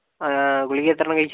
ഗുളിക എത്ര എണ്ണം കഴിച്ചിരുന്നു